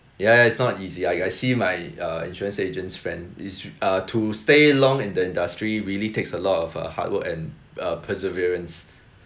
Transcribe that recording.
ya ya it's not easy I I see my err insurance agents friend it's uh to stay long in the industry really takes a lot of uh hard work and uh perseverance